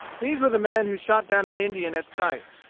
these were the men who shot down an indian at sight,